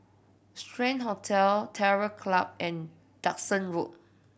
Strand Hotel Terror Club and Duxton Road